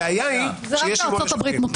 הבעיה היא שיהיה שימוע לשופטים.